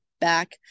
back